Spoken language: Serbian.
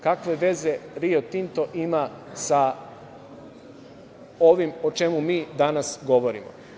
Kakve veze Rio Tinto ima sa ovim o čemu mi danas govorimo?